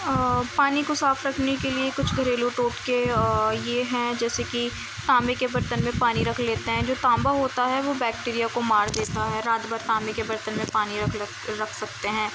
پانی کو صاف رکھنے کے لیے کچھ گھریلو ٹوٹکے یہ ہیں جیسے کہ تانبے کے برتن میں پانی رکھ لیتے ہیں جو تانبہ ہوتا ہے وہ بیکٹیریا کو مار دیتا ہے رات بھر تانبے کے برتن میں پانی رکھ لے رکھ سکتے ہیں